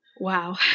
Wow